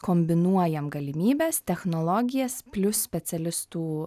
kombinuojam galimybes technologijas plius specialistų